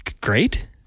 great